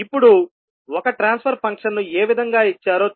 ఇప్పుడు ఒక transfer function ను ఏ విధంగా ఇచ్చారో చూద్దాం